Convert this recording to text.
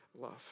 love